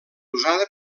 usada